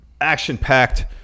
action-packed